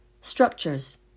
structures